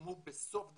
חתמו בסוף דצמבר,